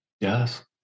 Yes